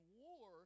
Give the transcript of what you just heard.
war